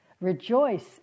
rejoice